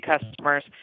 customers